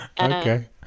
okay